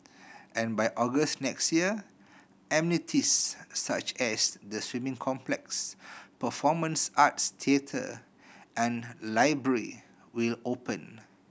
and by August next year amenities such as the swimming complex performance arts theatre and library will open